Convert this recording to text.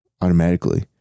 automatically